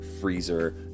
freezer